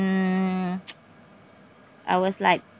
mm I was like